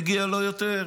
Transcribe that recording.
מגיע לו יותר,